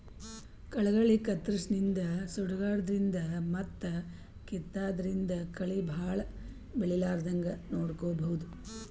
ಕಳಿಗಳಿಗ್ ಕತ್ತರ್ಸದಿನ್ದ್ ಸುಡಾದ್ರಿನ್ದ್ ಮತ್ತ್ ಕಿತ್ತಾದ್ರಿನ್ದ್ ಕಳಿ ಭಾಳ್ ಬೆಳಿಲಾರದಂಗ್ ನೋಡ್ಕೊಬಹುದ್